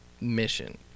mission